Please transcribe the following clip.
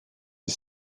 des